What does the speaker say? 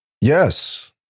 Yes